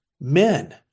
men